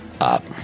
up